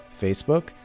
Facebook